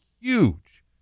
huge